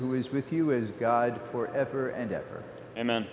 who is with us god for ever and ever and then